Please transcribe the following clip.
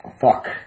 Fuck